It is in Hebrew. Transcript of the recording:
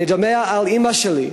אני דומע על אימא שלי,